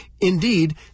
indeed